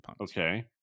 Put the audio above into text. Okay